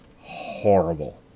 horrible